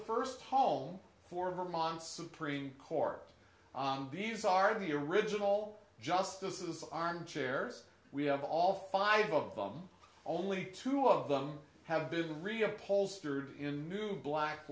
first home for vermont supreme court these are the original justices armchairs we have all five of them only two of them have been really a pollster in new black